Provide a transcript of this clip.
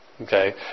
Okay